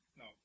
no